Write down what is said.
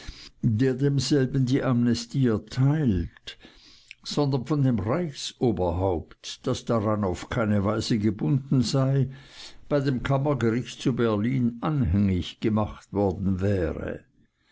der demselben die amnestie erteilt sondern von dem reichsoberhaupt das daran auf keine weise gebunden sei bei dem kammergericht zu berlin anhängig gemacht worden wäre